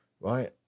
right